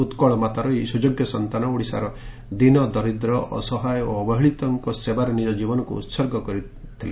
ଉକ୍କଳ ମାତାର ଏହି ସ୍ବଯୋଗ୍ୟ ସନ୍ତାନ ଓଡ଼ିଶାର ଦୀନ ଦରିଦ୍ର ଅସହାୟ ଓ ଅବହେଳିତଙ୍ ସେବାରେ ନିଜ ଜୀବନକୁ ଉହର୍ଗ କରି ଦେଇଥିଲେ